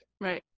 right